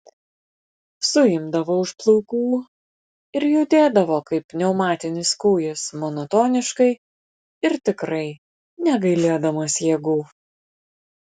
suimdavo už plaukų ir judėdavo kaip pneumatinis kūjis monotoniškai ir tikrai negailėdamas jėgų